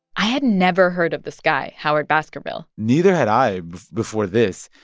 i had never heard of this guy, howard baskerville neither had i before this.